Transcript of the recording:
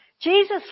Jesus